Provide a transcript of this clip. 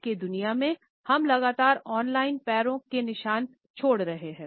आज के दुनिया में हम लगातार ऑन लाइन पैरों के निशान छोड़ रहे है